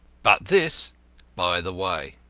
but this by the way.